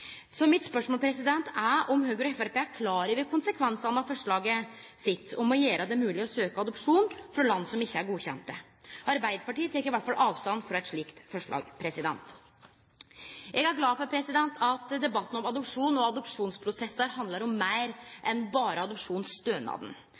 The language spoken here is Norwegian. Så mitt spørsmål er om Høgre og Framstegspartiet er klar over konsekvensen av forslaget sitt om å gjere det mogleg å søkje om adopsjon frå land som ikkje er godkjende. Arbeidarpartiet tek iallfall avstand frå eit slikt forslag. Eg er glad for at debatten om adopsjon og adopsjonsprosessar handlar om meir